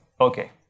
Okay